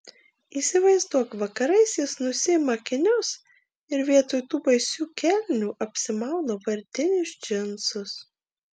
įsivaizduok vakarais jis nusiima akinius ir vietoj tų baisių kelnių apsimauna vardinius džinsus